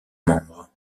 membres